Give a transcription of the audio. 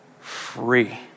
free